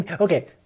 Okay